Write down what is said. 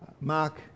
Mark